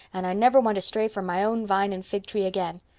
and i never want to stray from my own vine and fig tree again.